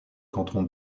canton